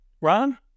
Ron